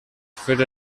fer